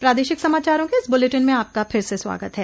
प्रादेशिक समाचारों के इस बुलेटिन में आपका फिर से स्वागत है